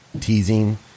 teasing